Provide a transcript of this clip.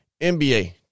NBA